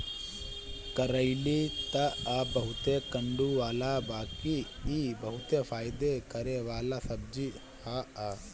करइली तअ बहुते कड़ूआला बाकि इ बहुते फायदा करेवाला सब्जी हअ